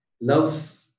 love